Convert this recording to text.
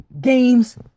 games